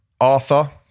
Arthur